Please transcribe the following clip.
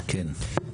כן.